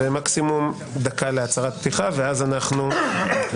מקסימום דקה להצהרת פתיחה.